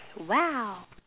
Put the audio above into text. !wow!